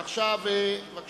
עכשיו, בבקשה.